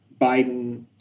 Biden